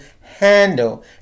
handle